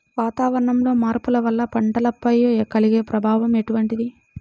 వాతావరణంలో మార్పుల వల్ల పంటలపై కలిగే ప్రభావం ఎటువంటిది?